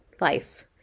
life